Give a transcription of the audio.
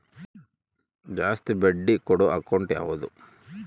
ಜಾಸ್ತಿ ಬಡ್ಡಿ ಕೊಡೋ ಅಕೌಂಟ್ ಯಾವುದು?